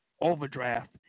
overdraft